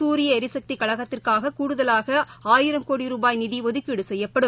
சூரிய ளரிசக்தி கழகத்திற்காக கூடுதலாக ஆயிரம் கோடி ரூபாய் நிதி ஒதுக்கீடு செய்யப்படும்